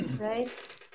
right